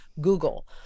Google